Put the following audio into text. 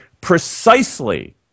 precisely